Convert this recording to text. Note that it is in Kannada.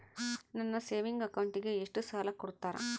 ನನ್ನ ಸೇವಿಂಗ್ ಅಕೌಂಟಿಗೆ ಎಷ್ಟು ಸಾಲ ಕೊಡ್ತಾರ?